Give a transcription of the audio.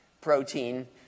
protein